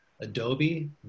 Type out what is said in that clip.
Adobe